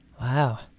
Wow